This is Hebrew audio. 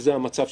שזה המצב,